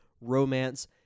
romance